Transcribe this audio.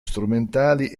strumentali